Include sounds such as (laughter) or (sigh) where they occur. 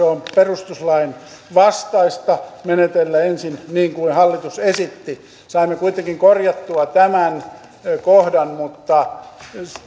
(unintelligible) on perustuslain vastaista menetellä niin kuin hallitus ensin esitti saimme kuitenkin korjattua tämän kohdan mutta